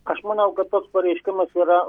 aš manau kad toks pareiškimas yra